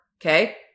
Okay